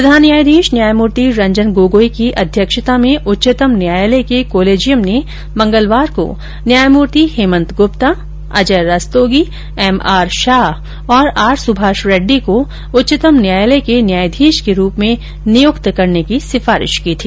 प्रधान न्यायाधीश न्यायमूर्ति रंजन गोगोई की अध्यक्षता में उच्चतम न्यायालय के कोलेजियम ने मंगलवार को न्यायमूर्ति हेमंत गुप्ता अजय रस्तोगी एमआर शाह और आर सुभाष रेड्डी को उच्चतम न्यायालय के न्यायाधीश के रूप में नियुक्त करने की सिफारिश की थी